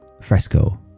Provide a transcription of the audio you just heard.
fresco